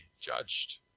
judged